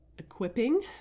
equipping